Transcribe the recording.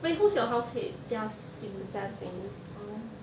wait who's your house head orh